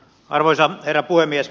arvoisa herra puhemies